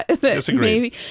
Disagree